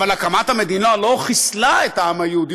אבל הקמת המדינה לא חיסלה את העם היהודי,